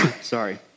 sorry